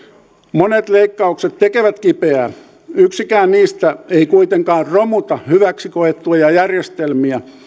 monet leikkaukset tekevät kipeää yksikään niistä ei kuitenkaan romuta hyväksi koettuja järjestelmiä